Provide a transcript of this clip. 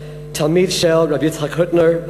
תלמיד של הרב יצחק הוטנר,